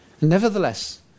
Nevertheless